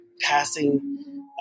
passing